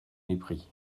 mépris